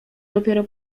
dopiero